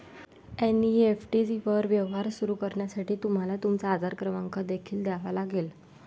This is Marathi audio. एन.ई.एफ.टी वर व्यवहार सुरू करण्यासाठी तुम्हाला तुमचा आधार क्रमांक देखील द्यावा लागेल